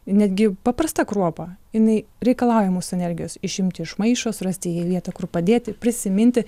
netgi paprastą kruopą jinai reikalauja mūsų energijos išimti iš maišo surasti vietą kur padėti prisiminti